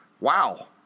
wow